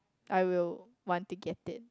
I will want to get it